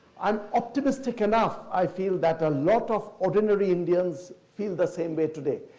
i'm optimistic enough. i feel that a lot of ordinary indians feel the same way today.